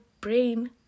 brain